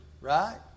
right